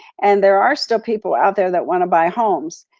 and there are still people out there that wanna buy homes.